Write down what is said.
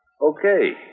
Okay